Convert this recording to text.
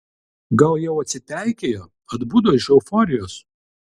gal jau atsipeikėjo atbudo iš euforijos